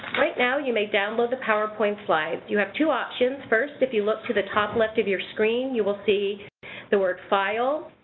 right now, you may download the powerpoint slides. you have two options first, if you look to the top left of your screen you will see the word file,